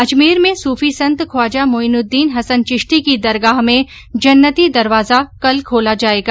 अजमेर में सूफी संत ख्वाजा मोइनुद्दीन हसन चिश्ती की दरगाह में जन्नती दरवाजा कल खोला जाएगा